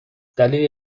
دلیلی